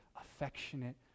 affectionate